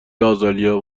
آزالیا